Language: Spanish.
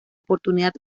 oportunidad